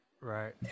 right